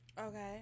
Okay